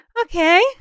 okay